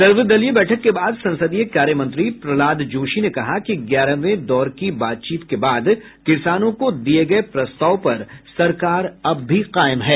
सर्वदलीय बैठक के बाद संसदीय कार्य मंत्री प्रहलाद जोशी ने कहा कि ग्यारहवें दौर की बातचीत के बाद किसानों को दिए गए प्रस्ताव पर सरकार अब भी कायम है